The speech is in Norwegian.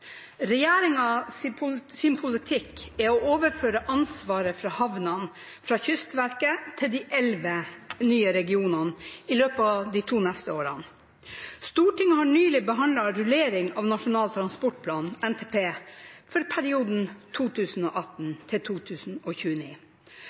de 11 nye regionene i løpet av de neste to årene. Stortinget har nylig behandlet rullering av Nasjonal transportplan for perioden 2018